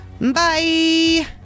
bye